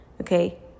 Okay